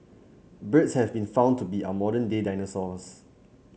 birds have been found to be our modern day dinosaurs